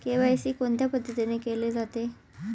KYC कोणत्या पद्धतीने केले जाते?